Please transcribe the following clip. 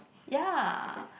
ya